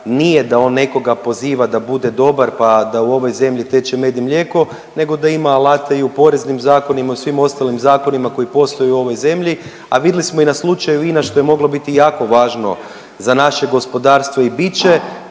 nije da on nekoga poziva da bude dobar pa da u ovoj zemlji teče med i mlijeko nego da ima alate i u poreznim zakonima i svim ostalim zakonima koji postoje u ovoj zemlji. A vidjeli smo i na slučaju INA što je moglo biti jako važno za naše gospodarstvo i bit